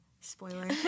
spoiler